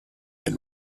and